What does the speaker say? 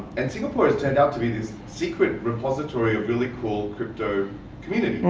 and singapore has turned out to be this secret repository of really cool crypto community.